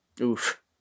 oof